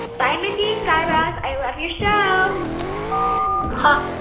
bye, mindy and guy raz. i love your show hi.